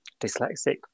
dyslexic